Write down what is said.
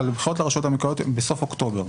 הבחירות לרשויות המקומיות הן בסוף אוקטובר.